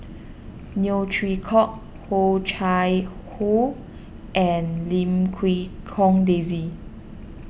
Neo Chwee Kok Oh Chai Hoo and Lim Quee Hong Daisy